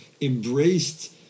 embraced